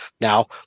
Now